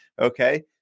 Okay